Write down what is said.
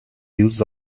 use